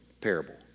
parable